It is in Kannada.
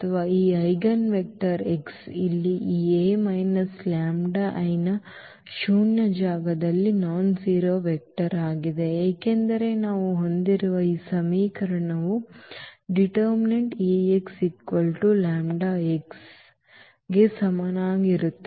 ಅಥವಾ ಈ ಐಜೆನ್ವೆಕ್ಟರ್ x ಇಲ್ಲಿ ಈ ರ ಶೂನ್ಯ ಜಾಗದಲ್ಲಿ ನಾನ್ಜೆರೋ ವೆಕ್ಟರ್ ಆಗಿದೆ ಏಕೆಂದರೆ ನಾವು ಹೊಂದಿರುವ ಈ ಸಮೀಕರಣವು l Ax λx ಗೆ ಸಮನಾಗಿರುತ್ತದೆ